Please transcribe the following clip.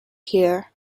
here